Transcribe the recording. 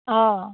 অঁ